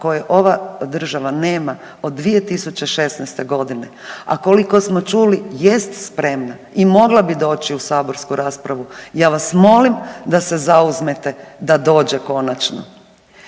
koje ova država nema od 2016.g., a koliko smo čuli jest spremna i mogla bi doći u saborsku raspravu. Ja vas molim da se zauzmete da dođe konačno.